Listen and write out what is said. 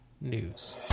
news